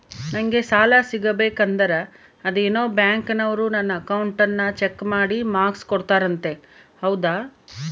ನಂಗೆ ಸಾಲ ಸಿಗಬೇಕಂದರ ಅದೇನೋ ಬ್ಯಾಂಕನವರು ನನ್ನ ಅಕೌಂಟನ್ನ ಚೆಕ್ ಮಾಡಿ ಮಾರ್ಕ್ಸ್ ಕೋಡ್ತಾರಂತೆ ಹೌದಾ?